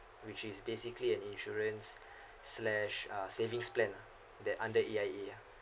which is basically an insurance slash uh savings plan lah that under A_I_A ah